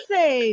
say